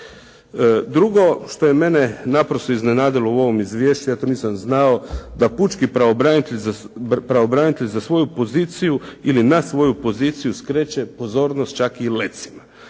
Drugo što je mene naprosto iznenadilo u ovom izvješću, ja to nisam znao, da pučki pravobranitelj za svoju poziciju ili na svoju poziciju skreće pozornost čak i lecima.